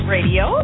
Radio